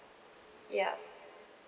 yup